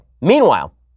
meanwhile